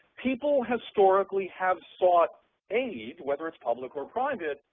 people historically have sought aid, whether it's public or private,